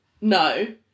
No